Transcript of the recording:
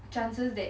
chances that